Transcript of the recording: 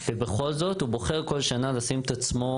ובכל זאת הוא בוחר בכל שנה לשים את עצמו